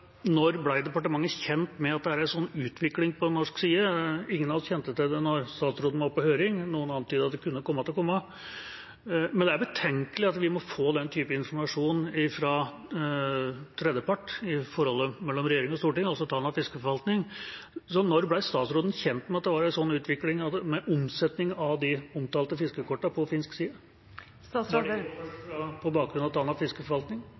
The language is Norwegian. Når ble departementet kjent med en slik utvikling på norsk side? Ingen av oss kjente til det da statsråden var på høring. Noen antydet at det kunne komme, men det er betenkelig at vi må få den typen informasjon fra tredjepart i forholdet mellom regjering og storting, altså Tanavassdragets fiskeforvaltning. Når ble statsråden kjent med at det var en slik utvikling med omsetting av de omtalte fiskekortene på finsk side? Var det først på bakgrunn av opplysninger fra Tanavassdragets fiskeforvaltning?